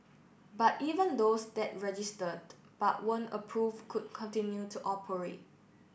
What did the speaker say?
but even those that registered but weren't approve could continue to operate